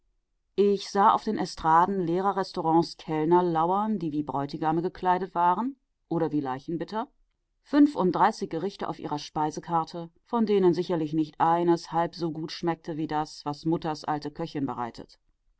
ich sah auf den estraden leerer restaurants kellner lauern die wie bräutigame gekleidet waren oder wie leichenbitter fünfunddreißig gerichte auf ihrer speisekarte von denen sicherlich nicht eines halb so gut schmeckte wie das was mutters alte köchin bereitet